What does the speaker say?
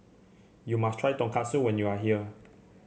you must try Tonkatsu when you are here